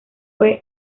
fue